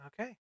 okay